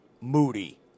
moody